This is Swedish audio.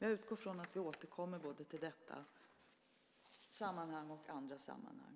Jag utgår från att vi återkommer till detta både här och i andra sammanhang.